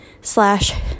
slash